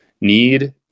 need